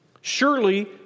Surely